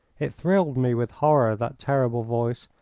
it thrilled me with horror, that terrible voice,